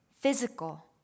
physical